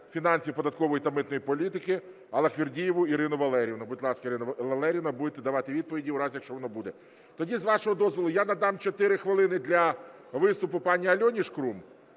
фінансів, податкової та митної політики Аллахвердієву Ірину Валеріївну. Будь ласка, Ірина Валеріївна, будете давати відповіді в разі, якщо вони будуть. Тоді, з вашого дозволу, я надав 4 хвилини для виступу пані Альоні Шкрум